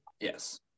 Yes